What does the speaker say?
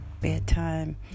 bedtime